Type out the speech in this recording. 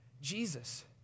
Jesus